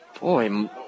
Boy